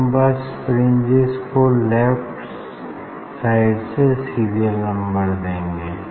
हम बस फ्रिंजेस को लेफ्ट साइड से सीरियल नंबर देंगे